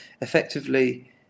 effectively